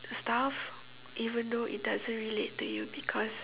stuff even though it doesn't relate to you because